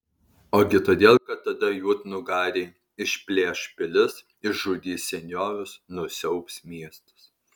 ogi todėl kad tada juodnugariai išplėš pilis išžudys senjorus nusiaubs miestus